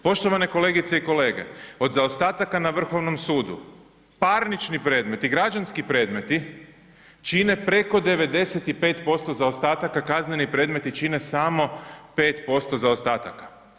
Poštovane kolegice i kolege, od zaostataka na Vrhovnom sudu, parnični predmeti, građanski predmeti čine preko 95% zaostataka, kazneni predmeti čine samo 5% zaostataka.